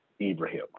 Ibrahim